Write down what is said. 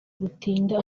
gutinda